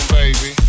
baby